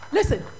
Listen